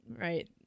Right